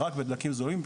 רק בדלקים זולים,